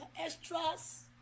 extras